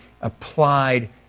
applied